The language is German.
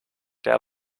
der